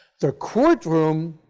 the court room